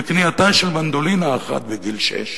וקנייתה של מנדולינה אחת בגיל שש